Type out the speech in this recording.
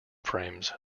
frames